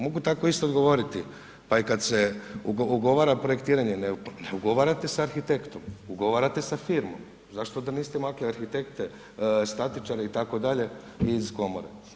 Mogu tako isto odgovoriti pa i kad se ugovara projektiranje, ne ugovarate sa arhitektom, ugovarate sa firmom, zašto onda niste maknuli arhitekte, statičare itd., iz komore?